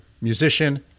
musician